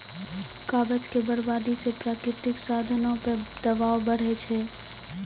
कागज के बरबादी से प्राकृतिक साधनो पे दवाब बढ़ै छै